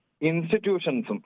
institutions